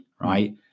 right